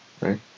right